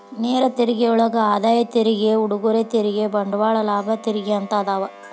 ನೇರ ತೆರಿಗೆಯೊಳಗ ಆದಾಯ ತೆರಿಗೆ ಉಡುಗೊರೆ ತೆರಿಗೆ ಬಂಡವಾಳ ಲಾಭ ತೆರಿಗೆ ಅಂತ ಅದಾವ